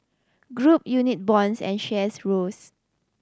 group unit bonds and shares rose